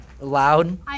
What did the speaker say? loud